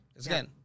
again